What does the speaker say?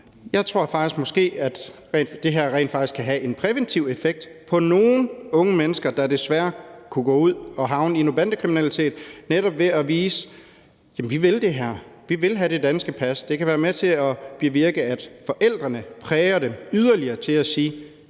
faktisk måske, at det her kan have en præventiv effekt på nogle unge mennesker, der desværre kunne gå ud og havne i noget bandekriminalitet, netop ved at de skal vise: Vi vil det her; vi vil have det danske pas. Det kan være med til at bevirke, at forældrene præger dem yderligere til at sige: